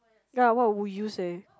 ya what would you say